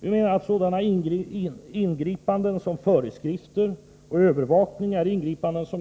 Vi menar att sådana ingripanden som föreskrifter och övervakning